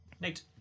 Nate